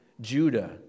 Judah